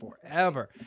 forever